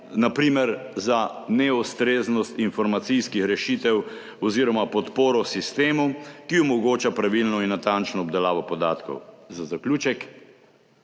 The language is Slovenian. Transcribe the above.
na primer za neustreznost informacijskih rešitev oziroma podporo sistemu, ki omogoča pravilno in natančno obdelavo podatkov. Za zaključek.